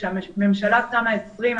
כשהממשלה שמה 20,